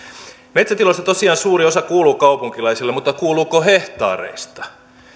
metsätiloista tosiaan suuri osa kuuluu kaupunkilaisille mutta kuuluuko hehtaareista